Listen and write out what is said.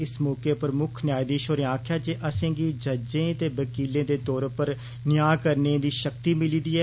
इस मौके पर मुक्खन्यायधीश होरें आक्खेआ जे असेंगी जजें ते वकीलें दे तौर पर न्या करने दी शक्ति मिली दी ऐ